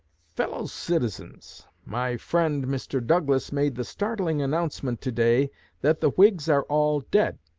fellow-citizens my friend, mr. douglas, made the startling announcement to-day that the whigs are all dead.